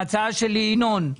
ההצעה שלי, ינון,